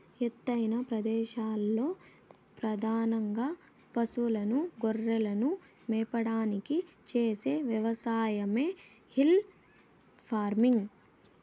ఎత్తైన ప్రదేశాలలో పధానంగా పసులను, గొర్రెలను మేపడానికి చేసే వ్యవసాయమే హిల్ ఫార్మింగ్